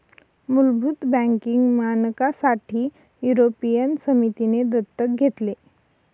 मुलभूत बँकिंग मानकांसाठी युरोपियन समितीने दत्तक घेतले